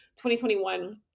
2021